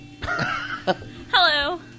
Hello